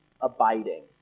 abiding